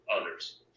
others